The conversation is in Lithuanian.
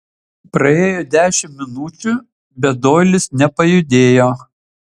praėjo dešimt minučių bet doilis nepajudėjo